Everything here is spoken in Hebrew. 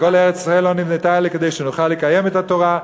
וכל ארץ-ישראל לא נבנתה אלא כדי שנוכל לקיים את התורה.